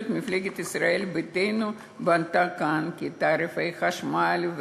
מפלגת ישראל ביתנו בנתה כאן כתעריפי חשמל,